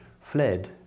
fled